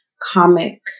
comic